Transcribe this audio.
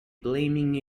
blaming